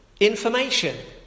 information